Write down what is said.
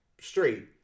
straight